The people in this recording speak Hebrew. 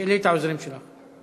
תשאלי את העוזרים שלך.